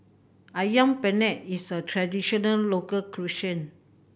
Ayam Penyet is a traditional local cuisine